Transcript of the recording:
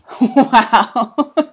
Wow